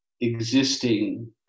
existing